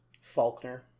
Faulkner